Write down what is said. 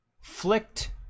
flicked